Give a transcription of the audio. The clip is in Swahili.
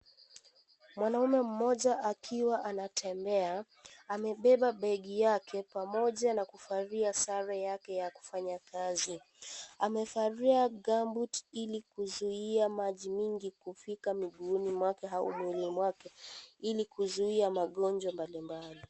Mwanaume moja akiwa anatembea amebeba begi yake pamoja na kuvalia sare yake ya kufanya kazi amevalia gumboot ili kuzuia maji mingi kufika miguuni mwake au nguoni mwake ili kuzuia magonjwa mbalimbali.